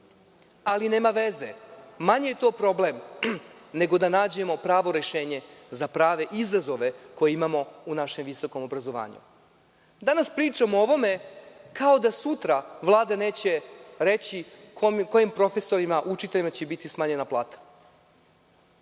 ali nema veze, manji je to problem nego da nađemo pravo rešenje za prave izazove koje imamo u našem visokom obrazovanju. Danas pričamo o ovome kao da sutra Vlada neće reći kojim profesorima, učiteljima će biti smanjena plata.